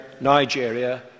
Nigeria